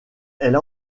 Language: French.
elle